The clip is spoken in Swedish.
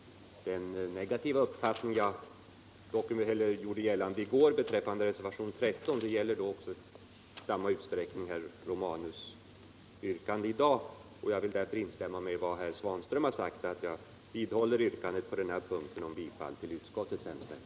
Den negativa uppfattning som jag framförde i går beträffande reservationen 13 gäller därför i samma utsträckning herr Romanus yrkande i dag, och med anledning därav instämmer jag i vad herr Svanström sagt och vidhåller yrkandet om bifall till utskottets hemställan.